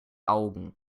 augen